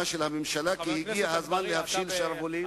של הממשלה כי הגיע הזמן להפשיל שרוולים,